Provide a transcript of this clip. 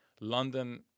London